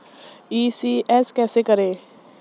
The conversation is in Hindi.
ई.सी.एस कैसे करें?